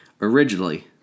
originally